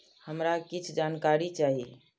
हमरा कीछ जानकारी चाही